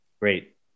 Great